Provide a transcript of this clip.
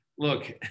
look